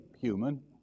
human